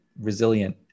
resilient